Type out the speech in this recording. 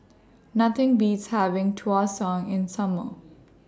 Nothing Beats having Tau Suan in Summer